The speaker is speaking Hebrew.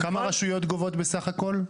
כמה רשויות גובות בסך-הכול?